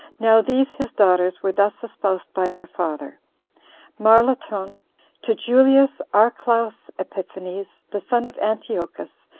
now these his daughters were thus espoused by their father marlatone to julius archelaus epiphanes, the son of antiochus,